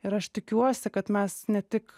ir aš tikiuosi kad mes ne tik